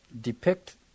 depict